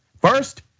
First